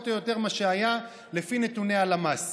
או יותר מה שהוא היה לפי נתוני הלמ"ס,